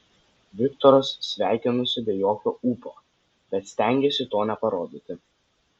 viktoras sveikinosi be jokio ūpo bet stengėsi to neparodyti